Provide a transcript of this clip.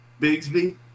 Bigsby